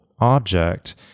object